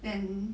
then